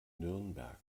nürnberg